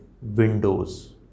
Windows